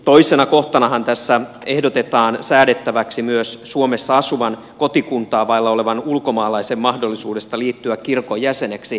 toisena kohtanahan tässä ehdotetaan säädettäväksi myös suomessa asuvan kotikuntaa vailla olevan ulkomaalaisen mahdollisuudesta liittyä kirkon jäseneksi